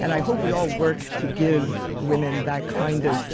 and i hope we all work to give women that kind of